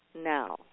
now